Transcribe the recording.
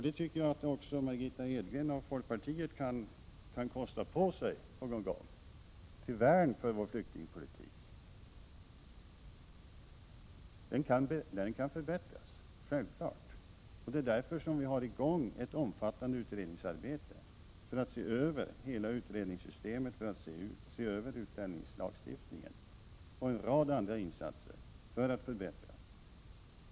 Det tycker jag att också Margitta Edgren och folkpartiet kan kosta på sig någon gång, till värn för vår flyktingpolitik. Självfallet kan den förbättras. Och det är därför vi har ett omfattande utredningsarbete i gång för att se över hela utredningssystemet och utlänningslagen, liksom vi gör en rad andra insatser för att förbättra.